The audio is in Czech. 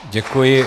Děkuji.